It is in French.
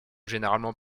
généralement